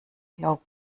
glaub